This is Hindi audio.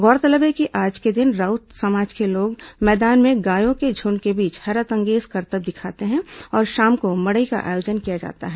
गौरतलब है कि आज के दिन राउत समाज के लोग मैदान में गायों की झुंड के बीच हैरतअंगेज करतब दिखाते हैं और शाम को मड़ई का आयोजन किया जाता है